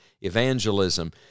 evangelism